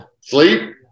Sleep